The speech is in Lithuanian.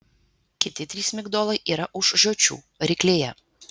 kiti trys migdolai yra už žiočių ryklėje